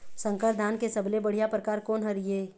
संकर धान के सबले बढ़िया परकार कोन हर ये?